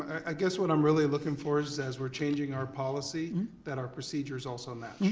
i guess what i'm really looking for is as we're changing our policy that our procedures also match.